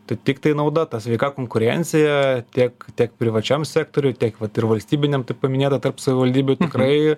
tai tiktai nauda ta sveika konkurencija tiek tiek privačiam sektoriui tiek vat ir valstybiniam taip paminėta tarp savivaldybių tikrai